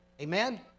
Amen